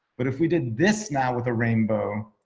but if we did this now with a rainbow,